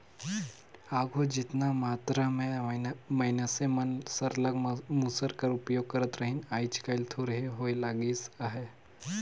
आघु जेतना मातरा में मइनसे मन सरलग मूसर कर उपियोग करत रहिन आएज काएल थोरहें होए लगिस अहे